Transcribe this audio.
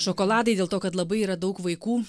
šokoladai dėl to kad labai yra daug vaikų